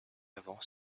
avant